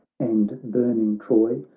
and burning troy,